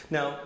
Now